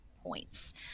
points